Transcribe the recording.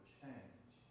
change